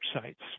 sites